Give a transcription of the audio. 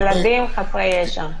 ילדים חסרי ישע.